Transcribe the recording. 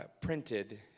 printed